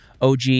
OG